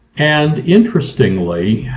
and interestingly